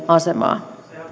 asemaa